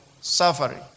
suffering